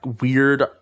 weird